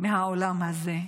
מהעולם הזה.